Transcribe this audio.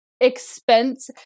expense